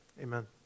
amen